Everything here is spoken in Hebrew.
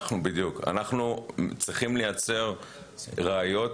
בכל מקרה, אנחנו צריכים לייצר ראיות.